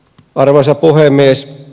arvoisa puhemies